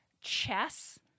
chess